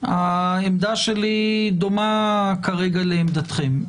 העמדה שלי דומה כרגע לעמדתכם.